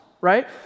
right